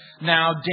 Now